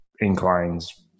inclines